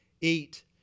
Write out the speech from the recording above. eat